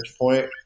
point